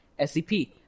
SCP